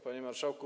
Panie Marszałku!